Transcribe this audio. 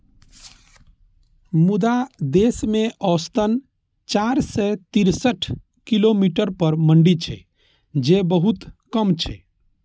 मुदा देश मे औसतन चारि सय तिरेसठ किलोमीटर पर मंडी छै, जे बहुत कम छै